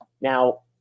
Now